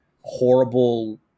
horrible